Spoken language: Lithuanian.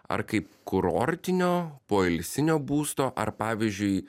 ar kaip kurortinio poilsinio būsto ar pavyzdžiui